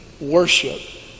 worship